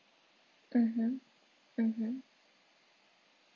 mmhmm mmhmm